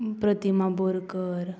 प्रतिमा बोरकर